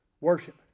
Worship